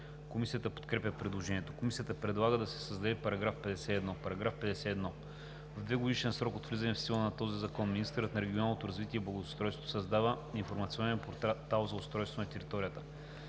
Комисията подкрепя предложението. Комисията предлага да се създаде § 51: „§ 51. (1) В двегодишен срок от влизането в сила на този закон министърът на регионалното развитие и благоустройството създава информационен Портал за устройството на територията.